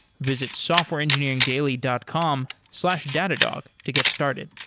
visit softwareengineering daily dot com slash datadog to get started.